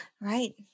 Right